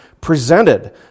presented